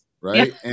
right